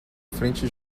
frente